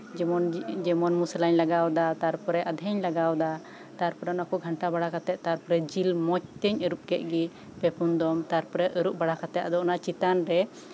ᱡᱮᱢᱚᱱ ᱢᱚᱥᱞᱟᱧ ᱞᱟᱜᱟᱣ ᱟᱫᱟ ᱛᱟᱨᱯᱚᱨᱮ ᱟᱫᱟᱧ ᱞᱟᱜᱟᱣ ᱟᱫᱟ ᱛᱟᱨᱯᱚᱨᱮ ᱚᱱᱟ ᱠᱚ ᱜᱷᱟᱱᱴᱟ ᱵᱟᱲᱟ ᱠᱟᱛᱮ ᱛᱟᱨᱯᱚᱨ ᱡᱮᱹᱞ ᱢᱚᱸᱡᱽ ᱛᱤᱧ ᱟᱨᱩᱵ ᱠᱮᱫ ᱜᱮ ᱯᱮ ᱯᱳᱱ ᱫᱚᱢ ᱛᱟᱨᱯᱚᱨᱮ ᱟᱨᱩᱵ ᱵᱟᱲᱟ ᱠᱟᱛᱮ ᱚᱱᱟ ᱪᱮᱛᱟᱱ ᱨᱮ